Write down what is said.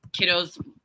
kiddos